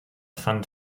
fand